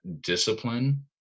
discipline